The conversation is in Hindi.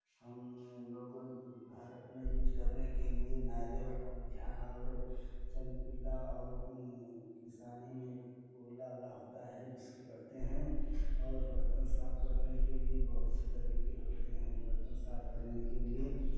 हम लोग भर अपना यूज़ करने के लिये नारियल का खुजा और चमकीला और किसानी में पोला होता है जिसकी करते हैं और बर्तन साफ करने के लिये बहुत से तरीके होते हैं बर्तन साफ करने के लिये